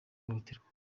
ihohoterwa